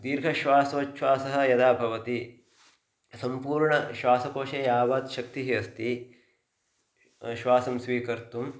दीर्घश्वासोछ्वासः यदा भवति सम्पूर्णश्वासकोशे यावत् शक्तिः अस्ति श्वासं स्वीकर्तुं